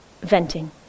venting